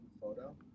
photo